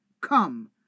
Come